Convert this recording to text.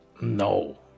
No